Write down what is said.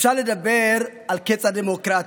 אפשר לדבר על קץ הדמוקרטיה,